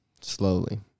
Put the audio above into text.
slowly